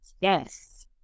yes